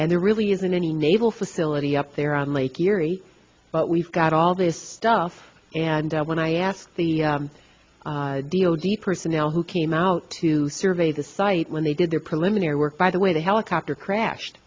and there really isn't any naval facility up there on lake erie but we've got all this stuff and when i asked the d o d personnel who came out to survey the site when they did their preliminary work by the way the helicopter crashed